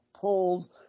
pulled